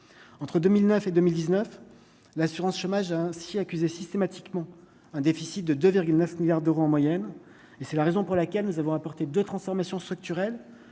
entre 2009 et 2019, l'assurance chômage ainsi accuser systématiquement un déficit de 2,9 milliards d'euros en moyenne et c'est la raison pour laquelle nous avons apporté de transformation structurelle